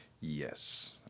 Yes